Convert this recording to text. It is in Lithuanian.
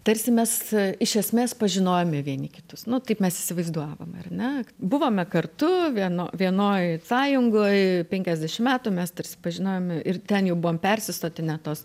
tarsi mes iš esmės pažinojome vieni kitus nu taip mes įsivaizduavome ar ne buvome kartu vieno vienoj sąjungoj penkiasdešim metų mes tarsi pažinojom ir ten jau buvom persisotinę tos